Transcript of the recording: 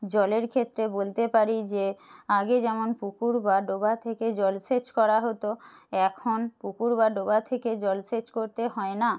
জলের ক্ষেত্রে বলতে পারি যে আগে যেমন পুকুর বা ডোবা থেকে জলসেচ করা হতো এখন পুকুর বা ডোবা থেকে জলসেচ করতে হয় না